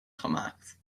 gemaakt